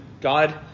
God